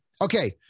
Okay